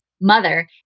mother